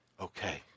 okay